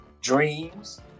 dreams